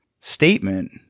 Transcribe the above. statement